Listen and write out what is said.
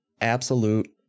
absolute